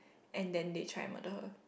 and then they try murder her